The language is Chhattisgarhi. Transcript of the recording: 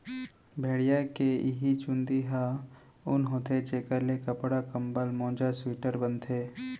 भेड़िया के इहीं चूंदी ह ऊन होथे जेखर ले कपड़ा, कंबल, मोजा, स्वेटर बनथे